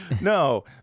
No